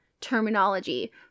terminology